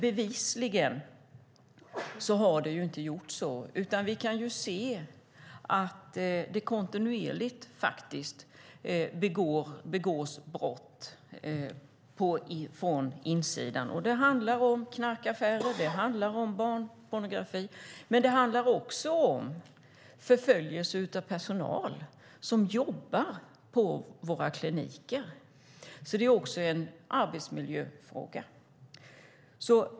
Bevisligen har det inte blivit så, utan vi kan se att det kontinuerligt begås brott från insidan. Det handlar om knarkaffärer och barnpornografi, och det handlar om förföljelse av personal som jobbar på våra kliniker. Det är alltså också en arbetsmiljöfråga.